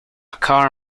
car